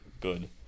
good